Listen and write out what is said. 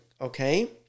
okay